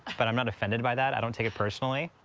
but i'm not offended by that. i don't take it personally.